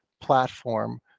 platform